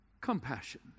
compassion